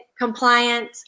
compliant